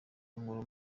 inkuru